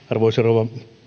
arvoisa rouva